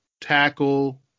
tackle